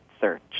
search